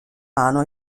mano